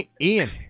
Ian